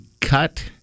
cut